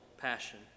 passion